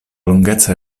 lunghezza